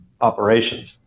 operations